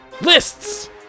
lists